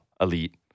Elite